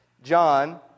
John